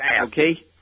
Okay